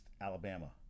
Alabama